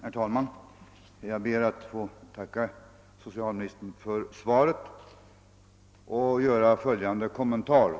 Herr talman! Jag ber att få tacka socialministern för svaret på min interpellation, till vilket jag vill göra följande kommentarer.